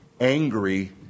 angry